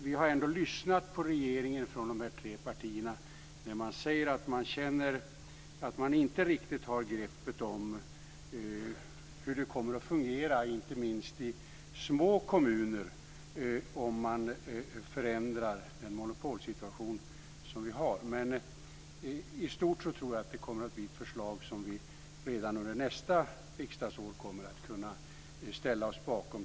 Vi har från de nämnda tre partierna lyssnat på regeringen, som säger sig inte riktigt ha ett grepp om hur det kommer att fungera, särskilt i små kommuner, vid en förändring av den monopolsituation som vi har. Jag tror dock att det i stort sett kommer att bli ett förslag som samtliga partier redan under nästa år ska kunna ställa sig bakom.